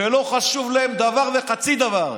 ולא חשוב להם דבר וחצי דבר.